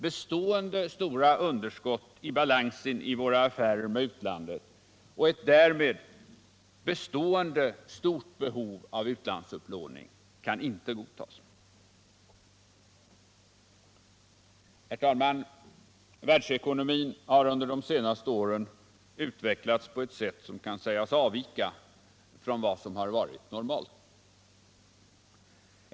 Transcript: Bestående stora underskott i våra affärer med utlandet och ett därmed bestående, stort behov av utlandsupplåning kan inte godtas. Herr talman! Världsekonomin har under de senaste åren utvecklats på ett sätt som kan sägas avvika från vad som har varit normalt.